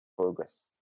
progress